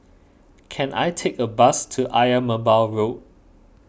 can I take a bus to Ayer Merbau Road